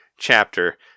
chapter